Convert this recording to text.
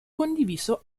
condiviso